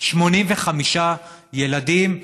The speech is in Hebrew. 85 ילדים,